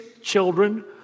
children